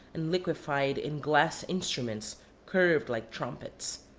and liquefied in glass instru ments curved like trumpets.